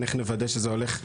איך נוודא שזה הולך למבוטחים?